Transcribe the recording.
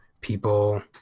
People